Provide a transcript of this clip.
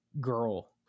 girl